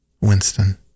Winston